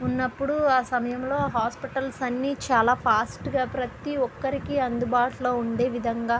ఉన్నప్పుడు ఆ సమయంలో హాస్పిటల్స్ అన్నీ చాలా ఫాస్ట్గా ప్రతి ఒక్కరికి అందుబాటులో ఉండే విధంగా